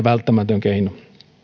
välttämätön keino